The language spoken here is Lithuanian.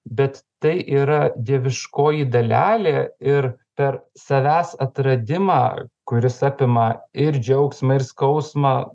bet tai yra dieviškoji dalelė ir per savęs atradimą kuris apima ir džiaugsmą ir skausmą